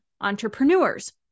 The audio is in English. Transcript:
entrepreneurs